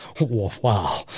Wow